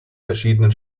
verschiedenen